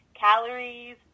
Calories